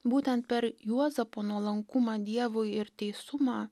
būtent per juozapo nuolankumą dievui ir teisumą